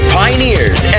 pioneers